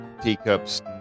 teacups